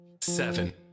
seven